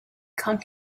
come